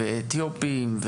אתיופים,